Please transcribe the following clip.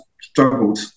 struggled